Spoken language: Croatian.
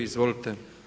Izvolite.